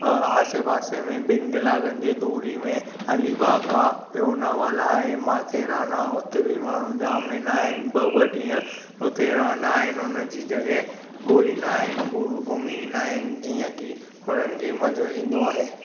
आसे पासे में ॿिन कलाकनि जी दूरी में अली बाग आहे लोनावाला आहे माथेरान आहे हुते बि माण्हू जाम वेंदा आहिनि ॿ ॿ ॾींहं हुते रहंदा आहिनि उनजी जॻह ॻोल्हींदा आहिनि घूमी ईन्दा आहिनि जीअं की हुन्हनि खे मज़ो ईन्दो आहे